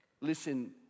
Listen